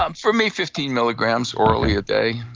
um for me, fifteen milligrams orally a day,